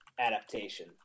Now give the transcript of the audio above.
adaptation